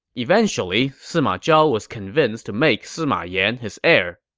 eventually, sima zhao was convinced to make sima yan his heir